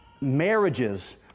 marriages